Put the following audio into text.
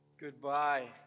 Goodbye